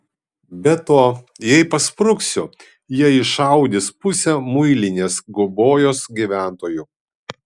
be to jei paspruksiu jie iššaudys pusę muilinės gubojos gyventojų